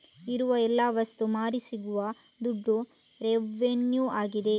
ಇರುವ ಎಲ್ಲ ವಸ್ತು ಮಾರಿ ಸಿಗುವ ದುಡ್ಡು ರೆವೆನ್ಯೂ ಆಗಿದೆ